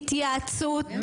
לגבי התייעצות